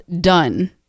done